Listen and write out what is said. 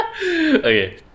Okay